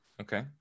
Okay